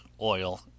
oil